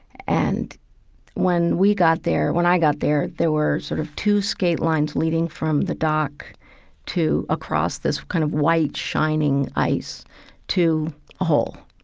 and when we got there, when i got there, there were sort of two skate lines leading from the dock to across this kind of white shining ice to a hole.